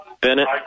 Bennett